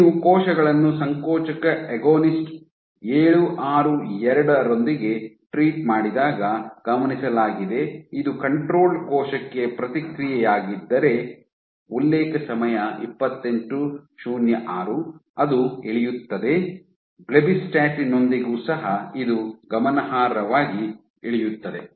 ನೀವು ಕೋಶಗಳನ್ನು ಸಂಕೋಚಕ ಅಗೋನಿಸ್ಟ್ 762 ನೊಂದಿಗೆ ಟ್ರೀಟ್ ಮಾಡಿದಾಗ ಗಮನಿಸಲಾಗಿದೆ ಇದು ಕಂಟ್ರೊಲ್ಡ್ ಕೋಶಕ್ಕೆ ಪ್ರತಿಕ್ರಿಯೆಯಾಗಿದ್ದರೆ ಉಲ್ಲೇಖ ಸಮಯ 2806 ಅದು ಇಳಿಯುತ್ತದೆ ಬ್ಲೆಬಿಸ್ಟಾಟಿನ್ ನೊಂದಿಗೂ ಸಹ ಇದು ಗಮನಾರ್ಹವಾಗಿ ಇಳಿಯುತ್ತದೆ